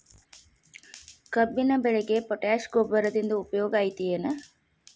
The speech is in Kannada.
ಕಬ್ಬಿನ ಬೆಳೆಗೆ ಪೋಟ್ಯಾಶ ಗೊಬ್ಬರದಿಂದ ಉಪಯೋಗ ಐತಿ ಏನ್?